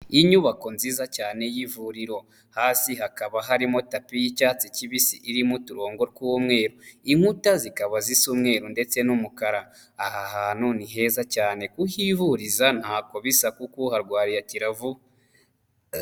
Iyi nyubako nziza cyane y'ivuriro, hasi hakaba harimo tapi y'icyatsi kibisi, irimo uturongo tw'umweru, inkuta zikaba zisa umweru ndetse n'umukara, aha hantu ni heza cyane, kuhivuriza ntako bisa, kuko uharwariye akira vuba.